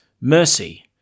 mercy